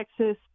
Texas